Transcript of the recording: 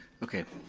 okay,